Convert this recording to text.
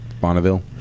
Bonneville